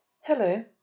Hello